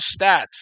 stats